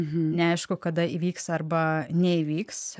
neaišku kada įvyks arba neįvyks